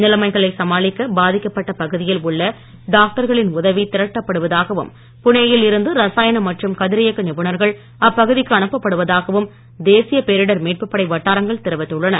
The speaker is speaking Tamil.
நிலைமைகளை சமாளிக்க பாதிக்கப்பட்ட திரட்டப்படுவதாகவும்புனேயில் இருந்து ரசாயன மற்றும் கதிரியக்க நிபுணர்கள் அப்பகுதிக்கு அனுப்பப் படுவதாகவும் தேசிய பேரிடர் மீட்பு படை வட்டாரங்கள் தெரிவித்துள்ளன